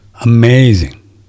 Amazing